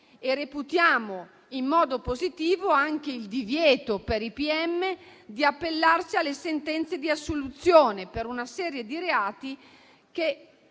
Reputiamo in modo positivo anche il divieto per i pubblici ministeri di appellarsi alle sentenze di assoluzione per una serie di reati che